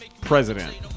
president